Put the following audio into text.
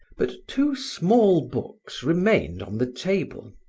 but two small books remained on the table.